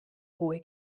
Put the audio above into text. hohe